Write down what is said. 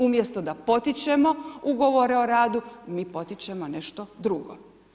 Umjesto da potičemo ugovore o radu mi potičemo nešto drugo.